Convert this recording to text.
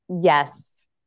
yes